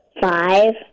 Five